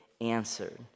answered